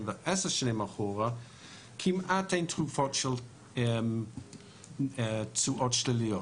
ולעשר שנים אחורה כמעט אין תקופות של תשואות שליליות.